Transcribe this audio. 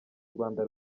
rwanda